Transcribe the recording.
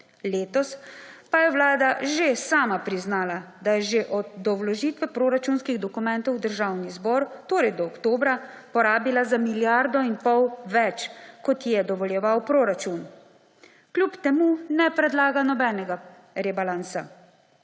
Letos pa je Vlada že sama priznala, da je že do vložitve proračunskih dokumentov v Državni zbor, torej do oktobra, porabila za milijardo in pol več, kot ji je dovoljeval proračun. Kljub temu ne predlaga nobenega rebalansa.